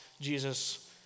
Jesus